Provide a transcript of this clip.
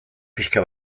pixka